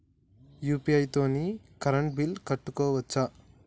UPI తోని current bill కట్టుకోవచ్ఛా?